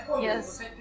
Yes